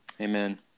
Amen